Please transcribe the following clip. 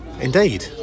indeed